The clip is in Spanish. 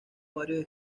varios